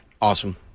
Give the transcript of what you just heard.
Awesome